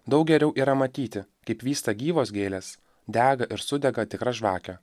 daug geriau yra matyti kaip vysta gyvos gėlės dega ir sudega tikra žvakė